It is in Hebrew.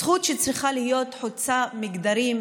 זכות שצריכה להיות חוצה מגדרים,